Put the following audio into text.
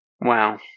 Wow